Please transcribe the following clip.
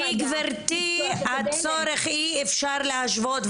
כי גבירתי, הצורך, אי אפשר להשוות.